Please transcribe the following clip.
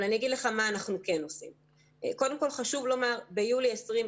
זה כמעט ולא קורה לנו וכשאנחנו נפגשים עם התופעה הזאת,